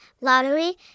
lottery